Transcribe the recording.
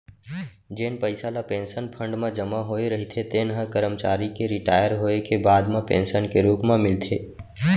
जेन पइसा ल पेंसन फंड म जमा होए रहिथे तेन ह करमचारी के रिटायर होए के बाद म पेंसन के रूप म मिलथे